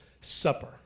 Supper